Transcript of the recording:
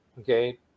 Okay